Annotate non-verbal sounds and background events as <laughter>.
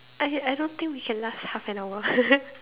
as in I don't think we can last half an hour <laughs>